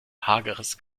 hageres